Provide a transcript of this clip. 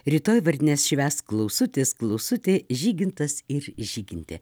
rytoj vardines švęs klausutis klausitė žygintas ir žygintė